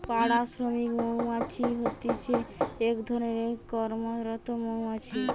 পাড়া শ্রমিক মৌমাছি হতিছে এক ধরণের কর্মরত মৌমাছি